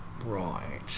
right